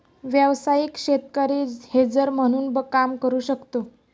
व्यावसायिक शेतकरी हेजर म्हणून काम करू शकतो